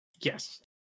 Yes